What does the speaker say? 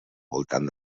voltant